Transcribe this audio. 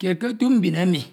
Kied ke etu mban emi